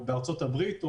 ארצות הברית,